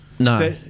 No